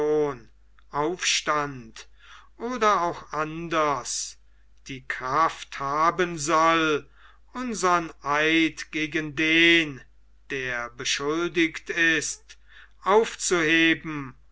aufstand oder auch anders die kraft haben soll unsern eid gegen den der beschuldigt ist aufzuheben